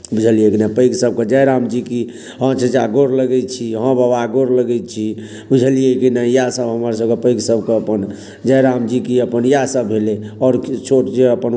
बुझलियै कि नहि पैघ सभकेँ जय राम जी की हँ चचा गोर लगै छी हँ बाबा गोर लगै छी बुझलियै कि नहि इएहसभ हमरसभक पैघ सभकेँ अपन जय राम जी की अपन इएहसभ भेलै आओर किछो जे अपन